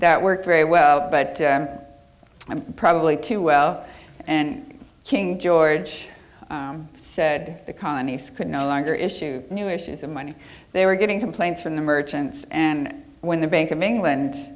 worked very well but probably too well and king george said the colonies could no longer issue new issues of money they were getting complaints from the merchants and when the bank of england